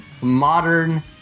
modern